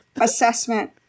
assessment